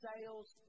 sales